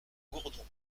gourdon